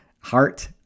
heart